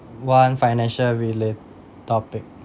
one financial relate topic